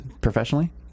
Professionally